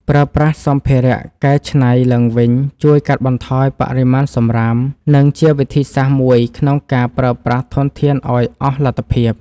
ប្រើប្រាស់សម្ភារៈកែច្នៃឡើងវិញជួយកាត់បន្ថយបរិមាណសំរាម និង ជាវិធីសាស្ត្រមួយក្នុងការប្រើប្រាស់ធនធានឱ្យអស់លទ្ធភាព។